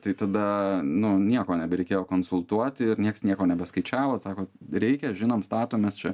tai tada nu nieko nebereikėjo konsultuot ir nieks nieko nebeskaičiavo sako reikia žinom statomės čia